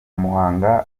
muhanga